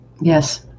Yes